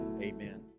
Amen